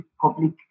public